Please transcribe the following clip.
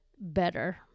better